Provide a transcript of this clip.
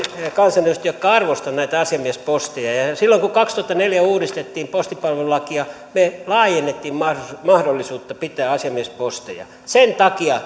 kansanedustajiin jotka arvostavat näitä asiamiesposteja ja silloin kun kaksituhattaneljä uudistettiin postipalvelulakia me laajensimme mahdollisuutta pitää asiamiesposteja sen takia